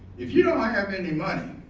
if you don't have any money,